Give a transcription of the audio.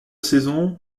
saison